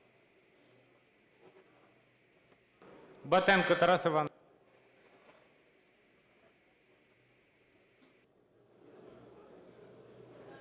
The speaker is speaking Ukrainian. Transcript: Дякую.